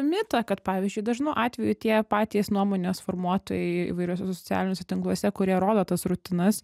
mitą kad pavyzdžiui dažnu atveju tie patys nuomonės formuotojai įvairiuose socialiniuose tinkluose kurie rodo tas rutinas